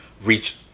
reach